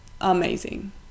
amazing